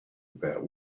about